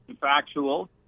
factual